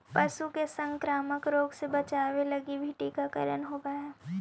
पशु के संक्रामक रोग से बचावे लगी भी टीकाकरण होवऽ हइ